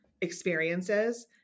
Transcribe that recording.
experiences